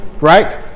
right